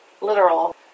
literal